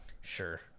Sure